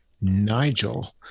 Nigel